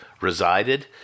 resided